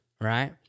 right